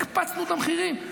הקפצנו את המחירים.